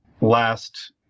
last